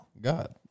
God